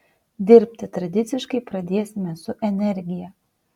dirbti tradiciškai pradėsime su energija